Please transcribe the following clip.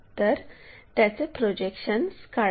तर त्याचे प्रोजेक्शन्स काढा